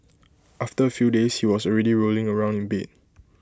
after A few days he was already rolling around in bed